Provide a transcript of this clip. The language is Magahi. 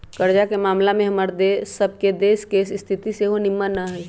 कर्जा के ममला में हमर सभ के देश के स्थिति सेहो निम्मन न हइ